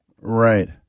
Right